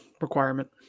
requirement